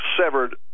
severed